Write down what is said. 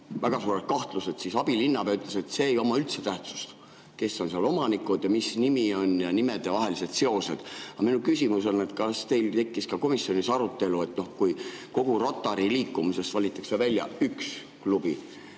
väga suured kahtlused. Aga abilinnapea ütles, et see ei oma üldse tähtsust, kes on seal omanikud ja mis nimi on ja mis on nimedevahelised seosed. Aga minu küsimus on see: kas teil tekkis ka komisjonis arutelu selle üle, miks kogu Rotary liikumisest valitakse välja üks klubi?